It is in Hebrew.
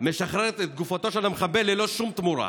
משחרר את גופתו של המחבל ללא שום תמורה,